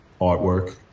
artwork